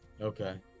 Okay